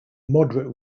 moderate